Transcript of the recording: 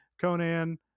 Conan